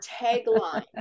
tagline